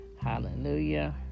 hallelujah